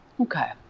Okay